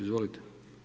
Izvolite.